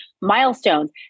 milestones